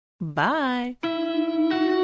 Bye